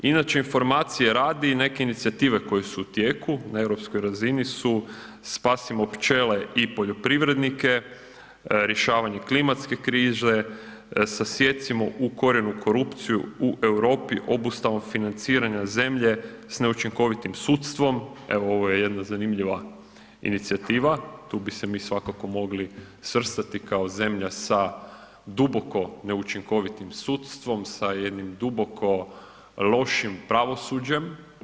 Inače informacije radi, neke inicijative koje su u tijeku na europskoj razini su „Spasimo pčele i poljoprivrednike“, „Rješavanje klimatske krize“, „Sasijecimo u korijenu korupciju u Europi obustavom financiranja zemlje s neučinkovitim sudstvom“, evo ovo je jedna zanimljiva inicijativa, tu bi se mi svakako mogli svrstati kao zemlja sa duboko neučinkovitim sudstvom, sa jednim duboko lošim pravosuđem.